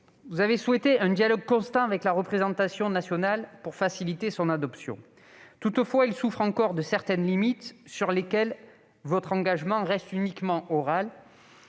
vous avez souhaité un dialogue constant avec la représentation nationale afin de faciliter son adoption. Toutefois, il souffre encore de certaines limites, à propos desquelles votre engagement reste uniquement oral.